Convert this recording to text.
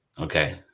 Okay